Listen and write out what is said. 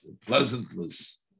pleasantness